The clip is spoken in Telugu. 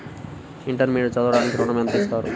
ఇంటర్మీడియట్ చదవడానికి ఋణం ఎంత ఇస్తారు?